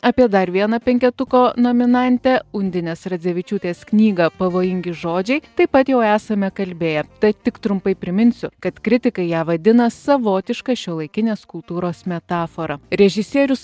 apie dar vieną penketuko nominantę undinės radzevičiūtės knygą pavojingi žodžiai taip pat jau esame kalbėję tad tik trumpai priminsiu kad kritikai ją vadina savotiška šiuolaikinės kultūros metafora režisierius